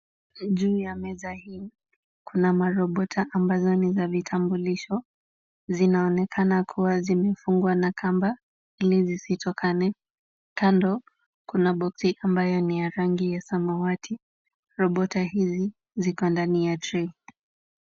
Juu ya meza hii, kuna marobota ambazo ni za vitambulisho. Zinaonekana kuwa zimefungwa na kamba, ili zisitokane. Kando, kuna boksi ambayo ni ya rangi ya samawati, robota hizi ziko ndani ya trei .